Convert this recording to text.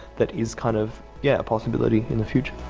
that is kind of yeah a possibility in the future.